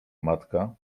matka